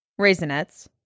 Raisinets